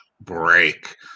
break